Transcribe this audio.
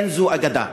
אין זו אגדה.